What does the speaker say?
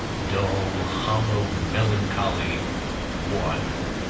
dull, hollow, melancholy one.